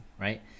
right